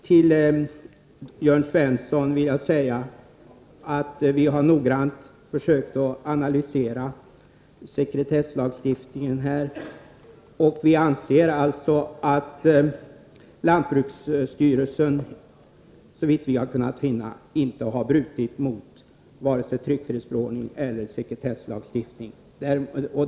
Till Jörn Svensson vill jag säga att vi har försökt att noggrant analysera sekretesslagstiftningen på det område han berörde. Vi anser att lantbruksstyrelsen, såvitt vi har kunnat finna, inte har brutit mot vare sig tryckfrihetsförordningen eller sekretesslagstiftningen.